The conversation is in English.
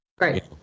right